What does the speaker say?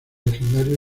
legendario